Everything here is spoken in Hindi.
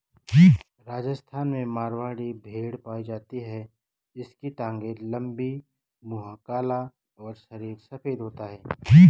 राजस्थान में मारवाड़ी भेड़ पाई जाती है इसकी टांगे लंबी, मुंह काला और शरीर सफेद होता है